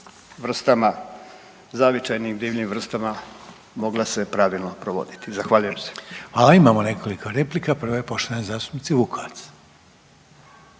vrstama zavičajnim divljim vrstama mogla se pravilno provoditi. Zahvaljujem se. **Reiner, Željko (HDZ)** Hvala. Imamo nekoliko replika. Prva je poštovane zastupnice Vukovac.